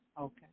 okay